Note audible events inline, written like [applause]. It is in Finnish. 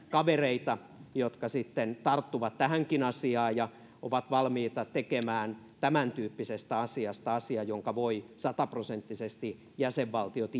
[unintelligible] kavereita jotka sitten tarttuvat tähänkin asiaan ja ovat valmiita tekemään tämäntyyppisestä asiasta asian jonka voivat sataprosenttisesti jäsenvaltiot [unintelligible]